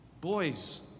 boys